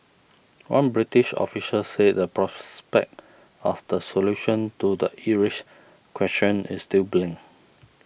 one British official said the prospect of the solution to the Irish question is still bleak